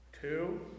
two